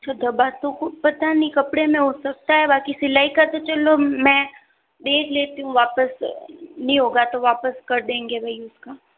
sir धब्बा तो खुद पता नहीं कपड़े में हो सकता है बाकि सिलाई का तो चलो मैं देख लेती हूँ वापस नहीं होगा तो वापस कर देंगे भाई उसका